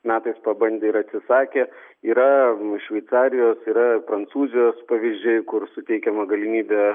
metais pabandė ir atsisakė yra šveicarijos yra prancūzijos pavyzdžiai kur suteikiama galimybė